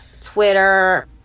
Twitter